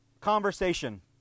conversation